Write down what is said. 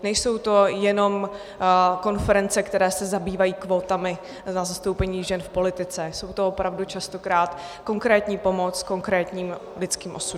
Nejsou to jenom konference, které se zabývají kvótami na zastoupení žen v politice, je to opravdu častokrát konkrétní pomoc konkrétním lidským osudům.